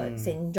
mm